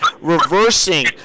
reversing